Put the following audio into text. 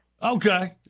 Okay